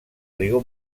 riu